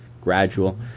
gradual